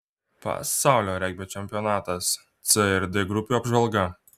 pasaulio regbio čempionatas c ir d grupių apžvalga